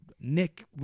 Nick